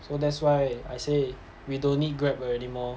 so that's why I say we don't need Grab already anymore